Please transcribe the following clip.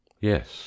yes